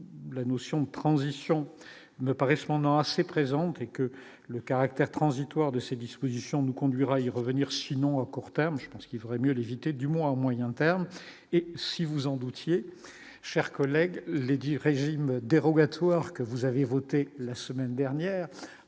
la notion de transition me paraît cependant assez présent et que le caractère transitoire de ces dispositions nous conduira y revenir sinon court terme je pense qu'il faudrait mieux l'éviter du mois au moyen terme et si vous en doutiez, chers collègues, Lady régime dérogatoire que vous avez voté la semaine dernière